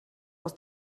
aus